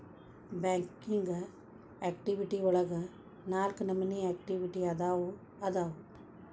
banking activity ಒಳಗ ನಾಲ್ಕ ನಮೋನಿ ಆಕ್ಟಿವಿಟಿ ಅದಾವು ಅದಾವು